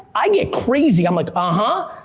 i get crazy, i'm like, ah huh.